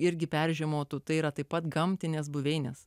irgi peržiemotų tai yra taip pat gamtinės buveinės